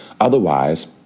Otherwise